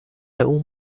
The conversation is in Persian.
اون